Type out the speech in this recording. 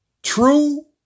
True